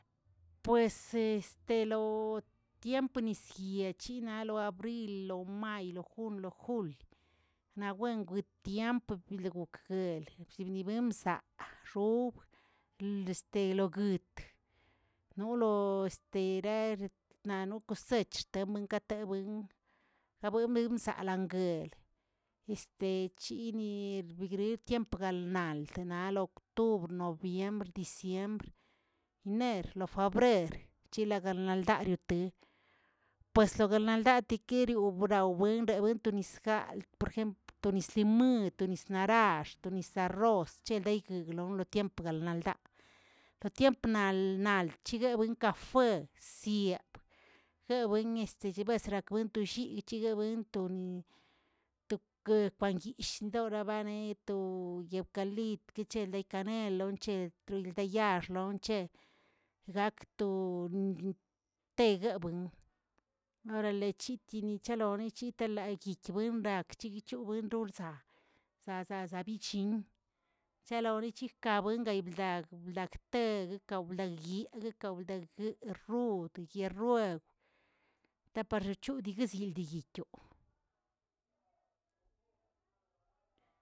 Pues este lo tiem nisyechi, a lo abril, lo may, lo jun, lo jul, naꞌ wen gutiemp bil gok guel wen bzaa, xob este loguitə no lo este ranaꞌ nocosech tem gatewingə awebig zalangueꞌ, este chini gril tiempo galnal lo octubre, noviembre, diciembre, iner, lo fabrer, yigaanaldaa dote pues degaldaa tekeriu brabuen to nis gaa jempl to nis limuaən, to nis narax, to nis arroz, deygueglon lo tiempo galdnalgdan, dotiemp nal gan chiguewen fue siapə, jeweꞌn este zihbeꞌe zigarbuenp to lliꞌ chigaꞌa buentoniꞌ token kwanyishꞌ dorabaneꞌ to leokalipt, kecheo wa kanel, lonche trointa yaax lonche gakto teguebuin, orale chitini chalon chitiliya yibuen ragꞌ chiguichub lbuenzaa za zabichin chalogui chikabuingay lagꞌlbegteg lagꞌ lyi agakaldwaggə rud yerued taparragachu deguizildegueyeꞌ.